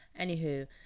Anywho